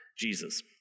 Jesus